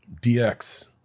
DX